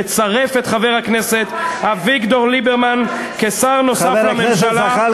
לצרף את חבר הכנסת אביגדור ליברמן כשר נוסף,